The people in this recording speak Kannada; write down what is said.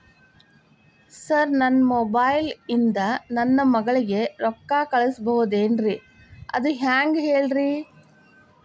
ಸರ್ ನನ್ನ ಮೊಬೈಲ್ ಇಂದ ನನ್ನ ಮಗಳಿಗೆ ರೊಕ್ಕಾ ಕಳಿಸಬಹುದೇನ್ರಿ ಅದು ಹೆಂಗ್ ಹೇಳ್ರಿ